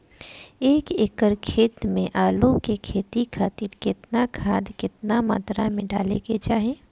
एक एकड़ खेत मे आलू के खेती खातिर केतना खाद केतना मात्रा मे डाले के चाही?